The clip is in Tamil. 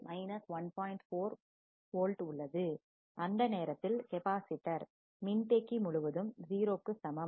4 வோல்ட் உள்ளது அந்த t நேரத்தில் கெப்பாசிட்டர் மின்தேக்கி முழுவதும் 0 க்கு சமம்